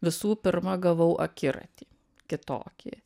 visų pirma gavau akiratį kitokį